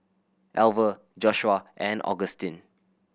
Alver Joshua and Augustine